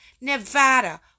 Nevada